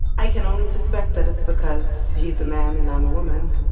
i can only suspect that it's because he's a man and i'm a woman.